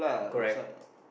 correct